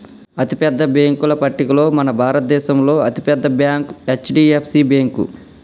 అతిపెద్ద బ్యేంకుల పట్టికలో మన భారతదేశంలో అతి పెద్ద బ్యాంక్ హెచ్.డి.ఎఫ్.సి బ్యేంకు